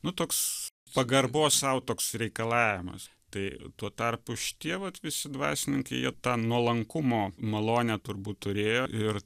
nu toks pagarbos sau toks reikalavimas tai tuo tarpu šitie vat visi dvasininkai jie tą nuolankumo malonę turbūt turėjo ir